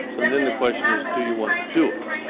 so then the question is, do you want to do it?